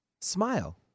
smile